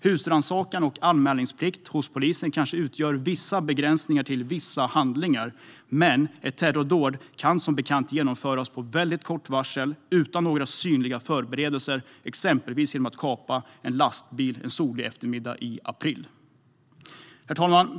Husrannsakan och anmälningsplikt kanske innebär vissa begränsningar, men ett terrordåd kan som bekant genomföras med kort varsel utan några synliga förberedelser, exempelvis genom att kapa en lastbil en solig eftermiddag i april. Herr talman!